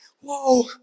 whoa